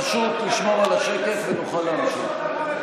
פשוט לשמור על השקט ונוכל להמשיך.